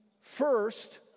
first